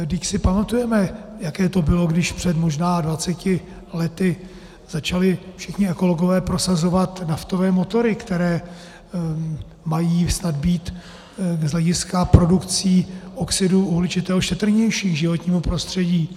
Vždyť si pamatujeme, jaké to bylo, když před možná dvaceti lety začali všichni ekologové prosazovat naftové motory, které mají snad být z hlediska produkce oxidu uhličitého šetrnější k životnímu prostředí.